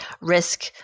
risk